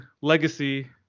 Legacy